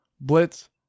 Blitz